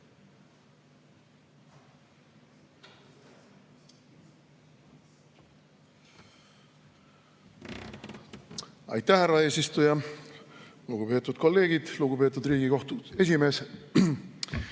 Aitäh, härra eesistuja! Lugupeetud kolleegid! Lugupeetud Riigikohtu esimees!